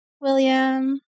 William